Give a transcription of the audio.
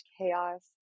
chaos